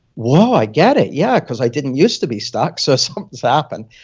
whoa, i get it. yeah, because i didn't used to be stuck, so something has happened.